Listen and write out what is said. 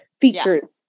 features